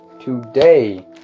today